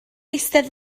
eistedd